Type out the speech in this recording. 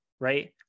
Right